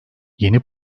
yeni